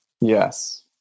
Yes